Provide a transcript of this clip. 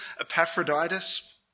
Epaphroditus